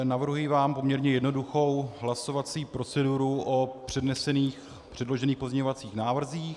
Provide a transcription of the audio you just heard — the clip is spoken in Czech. Navrhuji vám poměrně jednoduchou hlasovací proceduru o předložených pozměňovacích návrzích.